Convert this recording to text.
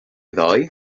ddoe